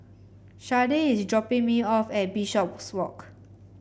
Shardae is dropping me off at Bishopswalk